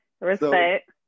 respect